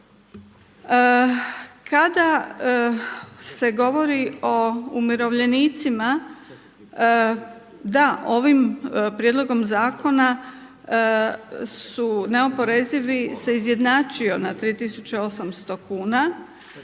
Kada se govori o umirovljenicima, da, ovim prijedlogom zakona su neoporezivi, se izjednačio na 3800 kuna